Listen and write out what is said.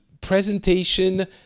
presentation